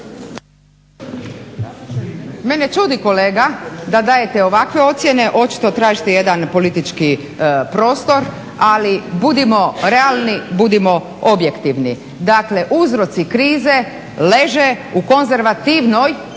Mene čudi kolega da dajete ovakve ocjene, očito tražite jedan politički prostor. Ali budimo realni, budimo objektivni. Dakle, uzroci krize leže u konzervativno-liberalnoj